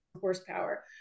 horsepower